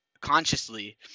consciously